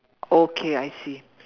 okay I see